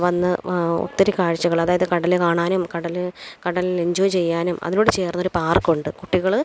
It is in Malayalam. വന്ന് ഒത്തിരി കാഴ്ചകള് അതായത് കടല് കാണാനും കടല് കടലില് എന്ജോയ് ചെയ്യാനും അതിനോട് ചേര്ന്ന് ഒരു പാര്ക്കുണ്ട് കുട്ടികള്